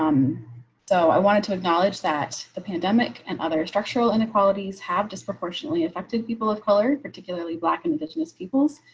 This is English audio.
um so i wanted to acknowledge that the pandemic and other structural inequalities have disproportionately affected people of color, particularly black and indigenous peoples.